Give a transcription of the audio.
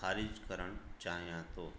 ख़ारिजु करणु चाहियां थो